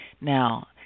Now